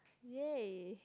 yay